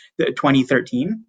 2013